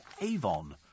Avon